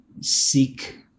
seek